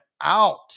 out